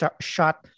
shot